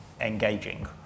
engaging